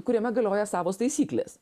kuriame galioja savos taisyklės